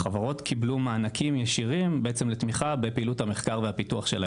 החברות קיבלו מענקים ישירים לתמיכה בפעילות התמיכה והפיתוח שלהם.